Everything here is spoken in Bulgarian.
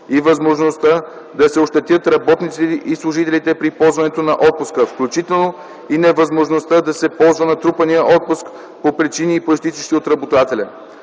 и възможността да се ощетят работниците и служителите при ползването на отпуска, включително и невъзможността да се ползва натрупания отпуск по причини, произтичащи от работодателя.